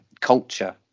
Culture